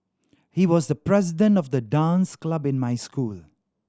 he was the president of the dance club in my school